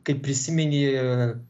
kai prisimeni